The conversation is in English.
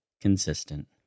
consistent